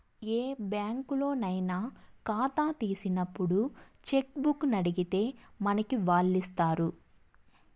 ఏ బ్యాంకులోనయినా కాతా తీసినప్పుడు చెక్కుబుక్కునడిగితే మనకి వాల్లిస్తారు